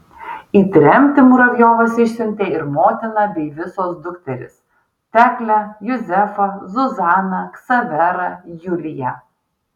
į tremtį muravjovas išsiuntė ir motiną bei visos dukteris teklę juzefą zuzaną ksaverą juliją